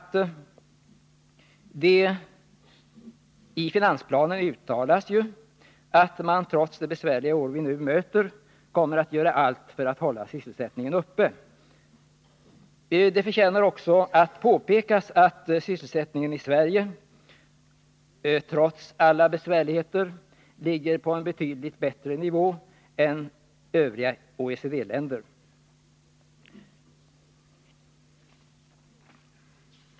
I finansplanen uttalas dock att regeringen trots det besvärliga år som nu förestår kommer att göra allt för att hålla sysselsättningen uppe. Det förtjänar också påpekas att sysselsättningen i Sverige, trots alla besvärligheter, ligger på en betydligt högre nivå än den som gäller för övriga OECD-länder.